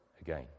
again